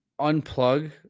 unplug